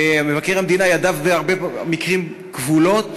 ומבקר המדינה ידיו בהרבה מקרים כבולות